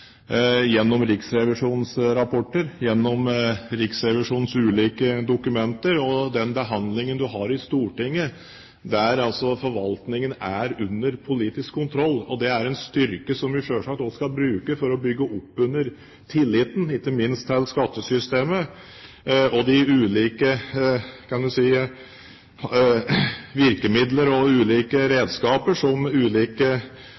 gjennom Riksrevisjonens rapporter, gjennom Riksrevisjonens ulike dokumenter og den behandlingen som er i Stortinget, der forvaltningen er under politisk kontroll. Det er en styrke som vi selvsagt også skal bruke for å bygge opp under tilliten ikke minst til skattesystemet og de ulike virkemidler og ulike redskaper som ulike